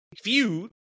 feud